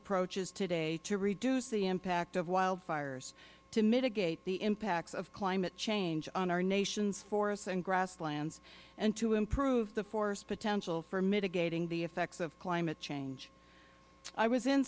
approaches today to reduce the impact of wildfires to mitigate the impacts of climate change on our nation's forests and grasslands and to improve the forest potential for mitigating the effects of climate change i was in